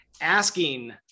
Asking